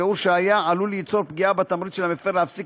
שיעור שהיה עלול ליצור פגיעה בתמריץ של המפר להפסיק